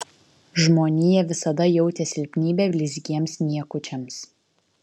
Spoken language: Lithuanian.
žmonija visada jautė silpnybę blizgiems niekučiams